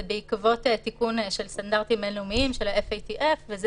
זה בעקבות תיקון של סטנדרטים בין לאומיים של FATF וזה